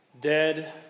dead